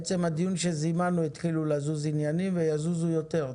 עצם הדיון שזימנו התחילו לזוז עניינים ויזוזו יותר.